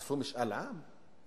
עשו משאל עם?